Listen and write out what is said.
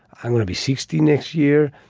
i'm going to be sixty next year.